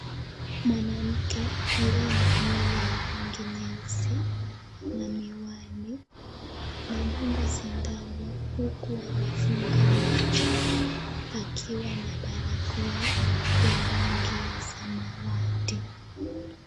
Mwanamke aliye na nywele ya rangi nyeusi na miwani, anadungwa sindano huku amefunga macho akiwa na barakoa ya rangi ya samawati.